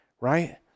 right